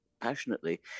passionately